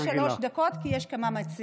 ולה שלוש דקות, כי יש כמה מציעים.